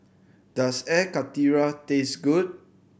does Air Karthira taste good